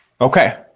okay